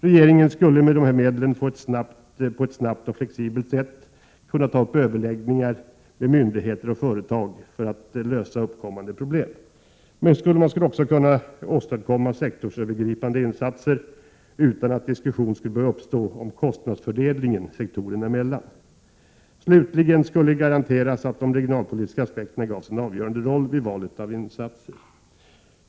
Regeringen skulle med dessa medel på ett snabbt och flexibelt sätt kunna ta upp överläggningar med myndigheter och företag för att lösa uppkommande problem. Man skulle också kunna åstadkomma sektorsövergripande insatser utan att diskussion skulle behöva uppstå om kostnadsfördelningen sektorerna emellan. Slutligen skulle garanteras att de regionalpolitiska aspekterna gavs en avgörande roll vid valet av insatser.